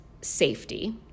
safety